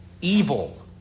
evil